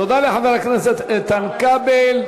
תודה לחבר הכנסת איתן כבל.